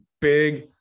Big